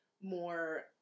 more